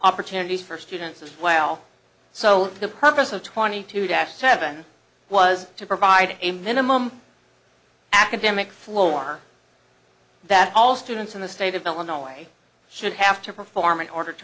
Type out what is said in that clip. opportunities for students as well so the purpose of twenty two das seven was to provide a minimum academic floor that all students in the state of illinois should have to perform in order to